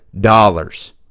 dollars